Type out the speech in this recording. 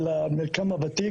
למרקם הוותיק.